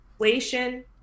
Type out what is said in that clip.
inflation